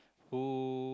who